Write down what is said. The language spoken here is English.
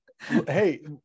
hey